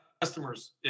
customers